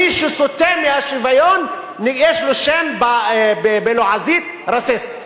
מי שסוטה מהשוויון, יש לו שם בלועזית, racist.